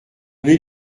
est